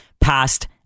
past